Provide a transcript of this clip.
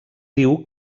diu